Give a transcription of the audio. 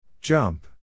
Jump